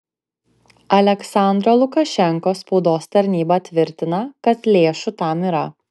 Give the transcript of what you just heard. aliaksandro lukašenkos spaudos tarnyba tvirtina kad lėšų tam yra